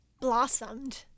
blossomed